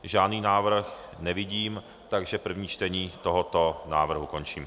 Žádný návrh nevidím, takže první čtení tohoto návrhu končím.